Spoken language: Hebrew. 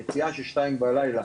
יציאה של שתיים בלילה,